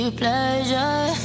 pleasure